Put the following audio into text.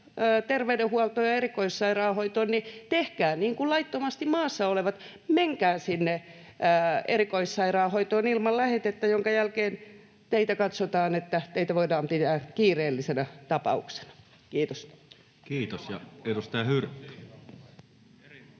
terveydenhuoltoon ja erikoissairaanhoitoon, niin tehkää niin kuin laittomasti maassa olevat, menkää sinne erikoissairaanhoitoon ilman lähetettä, minkä jälkeen katsotaan, että teitä voidaan pitää kiireellisenä tapauksena. — Kiitos.